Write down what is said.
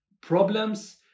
problems